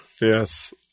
Yes